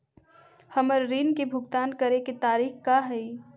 हमर ऋण के भुगतान करे के तारीख का हई?